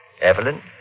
Evelyn